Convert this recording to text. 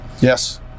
Yes